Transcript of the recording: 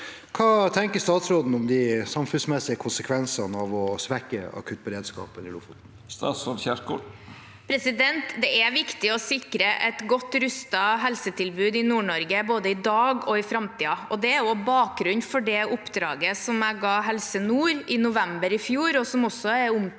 Hva tenker statsråden om de samfunnsmessige konsekvensene av å svekke akuttberedskapen i Lofoten?» Statsråd Ingvild Kjerkol Det er viktig å sikre et godt rustet helsetilbud i Nord-Norge både i dag og i framtiden. Det er bakgrunnen for det oppdraget jeg ga Helse nord i november i fjor, og som også er omtalt